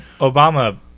Obama